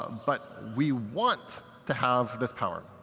but we want to have this power.